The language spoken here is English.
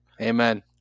Amen